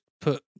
put